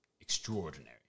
extraordinary